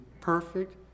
perfect